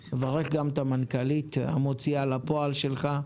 אני מברך גם את המנכ"לית המוציאה לפועל שלך.